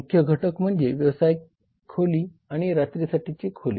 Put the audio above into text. मुख्य घटक म्हणजे व्यावसायिक खोली आणि रात्रीसाठीची खोली